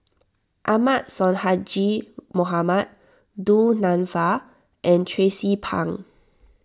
Ahmad Sonhadji Mohamad Du Nanfa and Tracie Pang